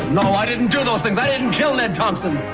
no, i didn't do those things. i didn't kill ned. thompson.